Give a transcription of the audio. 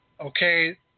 okay